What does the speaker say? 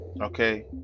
okay